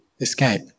escape